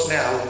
now